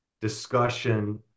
discussion